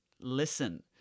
listen